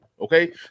okay